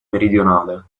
meridionale